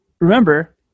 remember